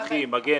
מגן,